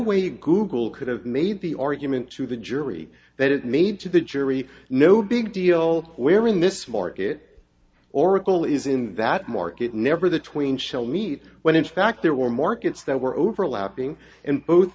way google could have made the argument to the jury that it made to the jury no big deal where in this market oracle is in that market never the twain shall meet when in fact there were markets that were overlapping and both